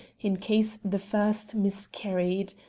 in case the first miscarried.